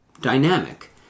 dynamic